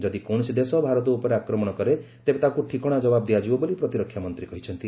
ଯଦି କୌଣସି ଦେଶ ଭାରତ ଉପରେ ଆକ୍ରମଣ କରେ ତେବେ ତାକୁ ଠିକଣା ଜବାବ ଦିଆଯିବ ବୋଲି ପ୍ରତିରକ୍ଷା ମନ୍ତ୍ରୀ କହିଛନ୍ତି